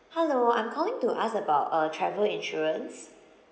hello I'm calling to ask about uh travel insurance